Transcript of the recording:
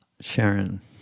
Sharon